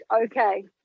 okay